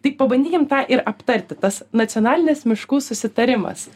tai pabandykim tą ir aptarti tas nacionalinis miškų susitarimas